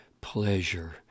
pleasure